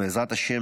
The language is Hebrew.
בעזרת השם,